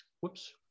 Whoops